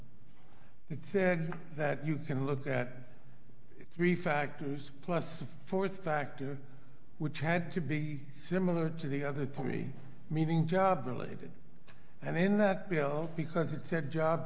said that you can look at three factors plus the fourth factor which had to be similar to the other three meaning job related and in that bill because it said job